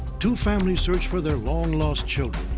two families search for their long-lost children.